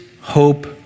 hope